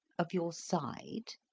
of your side?